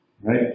Right